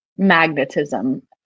magnetism